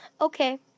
Okay